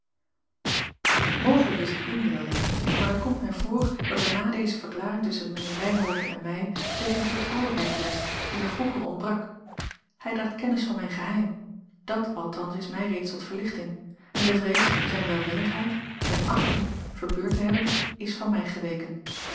mogelijk is het inbeelding maar het komt mij voor dat er na deze verklaring tusschen mijnheer ryhove en mij zekere vertrouwelijkheid heerscht die er vroeger ontbrak hij draagt kennis van mijn geheim dàt althans is mij reeds tot verlichting en de vrees zijne welwillendheid zijne achting verbeurd te hebben is van mij geweken